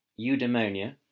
eudaimonia